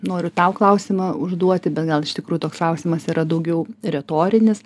noriu tau klausimą užduoti bet gal iš tikrųjų toks klausimas yra daugiau retorinis